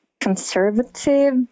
conservative